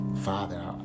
Father